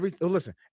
Listen